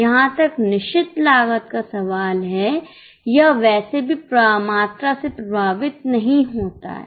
जहां तक निश्चित लागत का सवाल है यह वैसे भी मात्रा से प्रभावित नहीं होता है